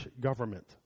government